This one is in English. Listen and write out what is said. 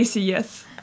yes